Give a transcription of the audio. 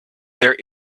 there